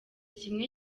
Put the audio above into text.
kimwe